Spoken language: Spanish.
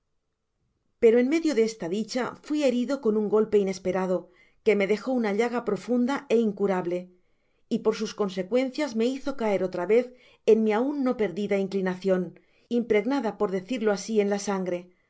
pero en medio de esta dicha fui herido con un golpe inesperado que me dejó una llaga profunda é incurable y por sus consecuencias me hizo caer otra vez en mi aun no perdida inclinacion impregnada por decirlo asi en ja sangre habiéndose vuelto á